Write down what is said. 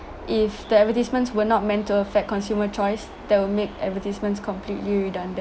if the advertisements were not meant to affect consumer choice that will make advertisements completely redundant